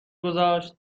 گذاشت